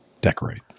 Decorate